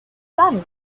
daughter